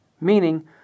Meaning